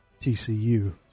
TCU